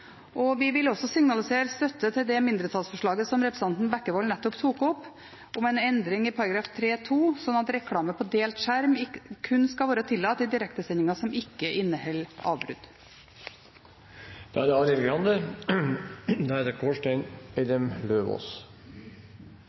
og vi vil også signalisere støtte til det mindretallsforslaget som representanten Bekkevold nettopp tok opp, om en endring i § 3-2 slik at reklame på delt skjerm kun skal være tillatt i direktesendinger som ikke inneholder avbrudd. Det er enighet om mye i denne saken. Det